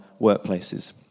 workplaces